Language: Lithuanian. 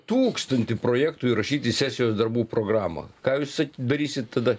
tūkstantį projektų įrašyti į sesijos darbų programą ką jūs darysit tada